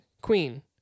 Queen